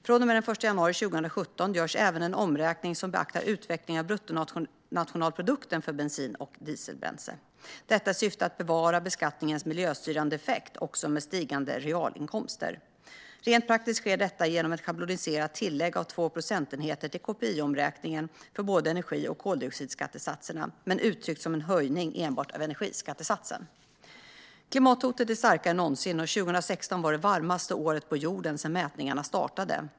Från och med den 1 januari 2017 görs även en omräkning som beaktar utvecklingen av bruttonationalprodukten för bensin och dieselbränsle. Detta är i syfte att bevara beskattningens miljöstyrande effekt också med stigande realinkomster. Rent praktiskt sker detta genom ett schabloniserat tillägg av 2 procentenheter till KPI-omräkningen, för både energi och koldioxidskattesatserna, men uttryckt som en höjning enbart av energiskattesatsen. Klimathotet är starkare än någonsin, och 2016 var det varmaste året på jorden sedan mätningarna startade.